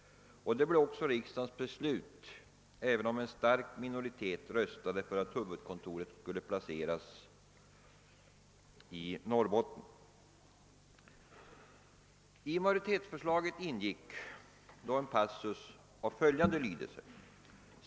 Detta blev också riksdagens beslut, även om en stark minoritet röstade för att huvudkontoret skulle placeras i Norrbotten.